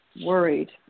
worried